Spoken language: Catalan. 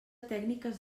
tècniques